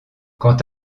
quant